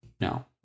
No